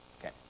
Okay